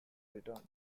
returned